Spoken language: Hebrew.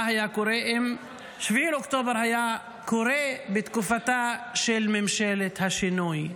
מה היה קורה אם 7 באוקטובר היה קורה בתקופתה של ממשלת השינוי.